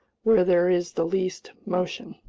where there is the least motion.